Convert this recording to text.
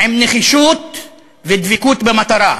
עם נחישות ודבקות במטרה.